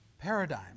Paradigm